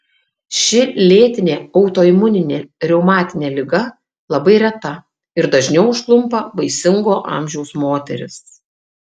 ši lėtinė autoimuninė reumatinė liga labai reta ir dažniau užklumpa vaisingo amžiaus moteris